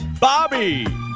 Bobby